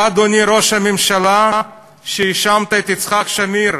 אתה, אדוני ראש הממשלה, שהאשמת את יצחק שמיר,